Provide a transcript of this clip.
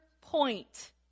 point